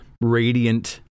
radiant